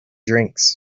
drinks